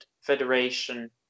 federation